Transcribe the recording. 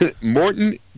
Morton